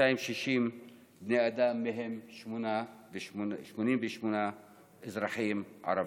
260 בני אדם, מהם 88 אזרחים ערבים.